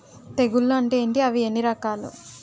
తెగులు అంటే ఏంటి అవి ఎన్ని రకాలు?